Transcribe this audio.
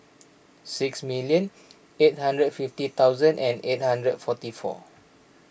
six million eight hundred fifty thousand and eight hundred forty four